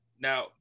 Now